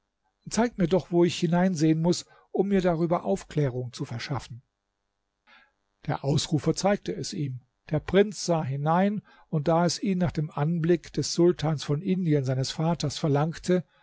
zeig mir doch wo ich hineinsehen muß um mir darüber aufklärung zu verschaffen der ausrufer zeigte es ihm der prinz sah hinein und da es ihn nach dem anblick des sultans von indien seines vaters verlangte